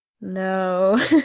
no